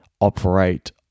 operate